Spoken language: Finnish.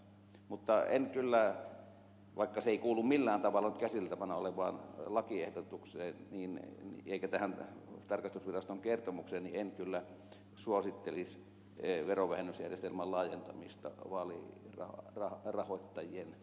mutta vaikka se ei kuulu millään tavalla nyt käsiteltävänä olevaan lakiehdotukseen eikä tähän tarkastusviraston kertomukseen en kyllä suosittelisi verovähennysjärjestelmän laajentamista vaalirahoittajien osalta